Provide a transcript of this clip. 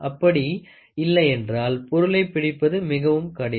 அப்படி இல்லை என்றால் பொருளை பிடிப்பது மிகவும் கடினம்